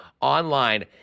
online